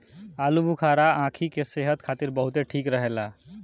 आलूबुखारा आंखी के सेहत खातिर बहुते ठीक रहेला